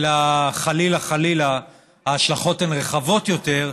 אלא חלילה חלילה, ההשלכות הן רחבות יותר,